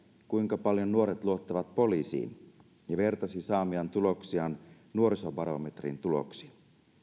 kuinka paljon nuoret luottavat poliisiin ja vertasi saamiaan tuloksia nuorisobarometrin tuloksiin